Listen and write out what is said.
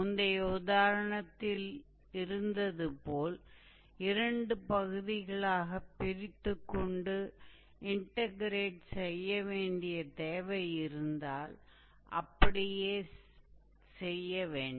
முந்தைய உதாரணத்தில் இருந்தது போல் இரண்டு பகுதிகளாகப் பிரித்துக் கொண்டு இன்டக்ரேட் செய்ய வேண்டிய தேவை இருந்தால் அப்படியே செய்ய வேண்டும்